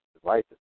devices